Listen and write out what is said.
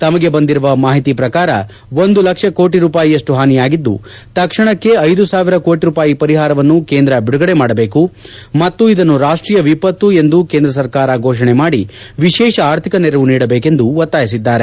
ತಮಗೆ ಬಂದಿರುವ ಮಾಹಿತಿ ಪ್ರಕಾರ ಒಂದು ಲಕ್ಷ ಕೋಟ ರೂಪಾಯಿಯಷ್ಟು ಹಾನಿಯಾಗಿದ್ದು ತಕ್ಷಣಕ್ಕೆ ಐದು ಸಾವಿರ ಕೋಟ ರೂಪಾಯಿ ಪರಿಹಾರವನ್ನು ಕೇಂದ್ರ ಬಿಡುಗಡೆ ಮಾಡಬೇಕು ಮತ್ತು ಇದನ್ನು ರಾಷ್ಟೀಯ ವಿಪತ್ತು ಎಂದು ಕೇಂದ್ರ ಸರ್ಕಾರ ಫೋಷಣೆ ಮಾಡಿ ವಿಶೇಷ ಆರ್ಥಿಕ ನೆರವು ನೀಡಬೇಕೆಂದು ಒತ್ತಾಯಿಸಿದ್ದಾರೆ